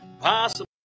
possible